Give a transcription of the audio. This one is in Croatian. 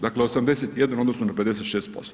Dakle, 81 u odnosu na 56%